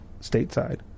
stateside